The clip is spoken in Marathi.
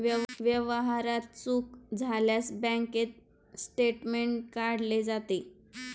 व्यवहारात चूक झाल्यास बँक स्टेटमेंट काढले जाते